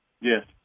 Yes